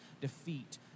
defeat